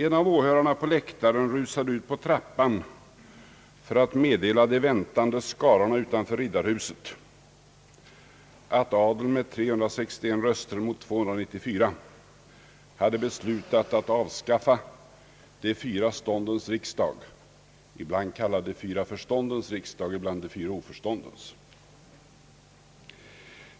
En av åhörarna på läktaren rusade ut på trappan för att meddela de väntande skarorna utanför Riddarhuset att adeln